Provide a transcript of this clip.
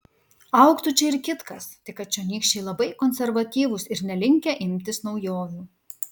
augtų čia ir kitkas tik kad čionykščiai labai konservatyvūs ir nelinkę imtis naujovių